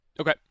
Okay